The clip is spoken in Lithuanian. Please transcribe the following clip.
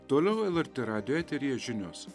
toliau lrt radijo eteryje žinios